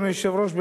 אדוני היושב-ראש,